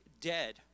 dead